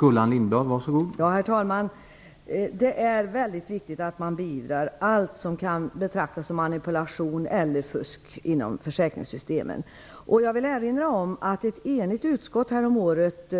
Herr talman! Det är viktigt att man beivrar allt som kan betraktas som manipulation eller fusk inom försäkringssystemen. Jag vill erinra om att ett enigt utskott häromåret